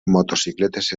motocicletes